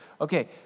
okay